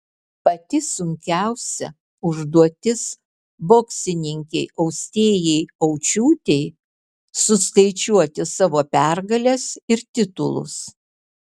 pati sunkiausia užduotis boksininkei austėjai aučiūtei suskaičiuoti savo pergales ir titulus